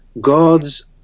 God's